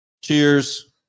Cheers